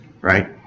right